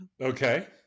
Okay